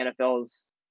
nfl's